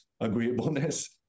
agreeableness